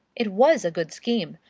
it was a good scheme.